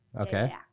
Okay